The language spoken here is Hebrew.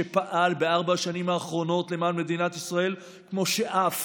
שפעל בארבע השנים האחרונות למען מדינת ישראל כמו שאף